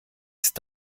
ist